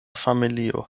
familio